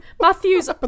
Matthews